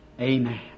Amen